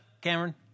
Cameron